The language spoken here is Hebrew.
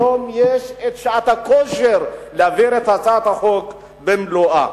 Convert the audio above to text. היום יש שעת כושר להעביר את הצעת החוק במלואה.